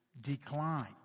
decline